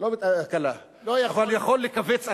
אבל יכול לכווץ אנשים.